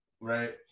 Right